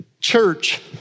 Church